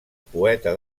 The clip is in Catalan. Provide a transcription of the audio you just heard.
poeta